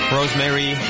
Rosemary